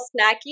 snacky